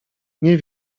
nie